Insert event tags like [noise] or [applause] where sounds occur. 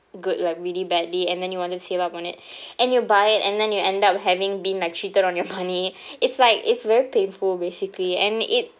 good like really badly and then you wanted to save up on it [breath] and you buy it and then you end up having been like cheated on your money [breath] it's like it's very painful basically and it